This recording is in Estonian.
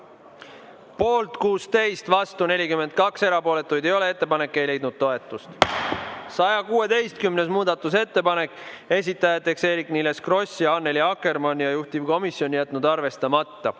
Poolt 16, vastu 42 ja erapooletuid ei ole. Ettepanek ei leidnud toetust.116. muudatusettepanek, esitajad Eerik-Niiles Kross ja Annely Akkermann. Juhtivkomisjon on jätnud selle arvestamata.